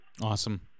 Awesome